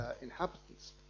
inhabitants